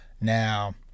now